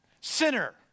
sinner